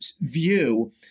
view